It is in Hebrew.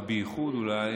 ובייחוד אולי,